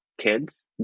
kids